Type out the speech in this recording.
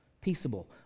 Peaceable